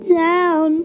down